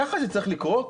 ככה זה צריך לקרות?